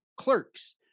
Clerks